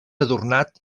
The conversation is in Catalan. adornat